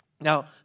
Now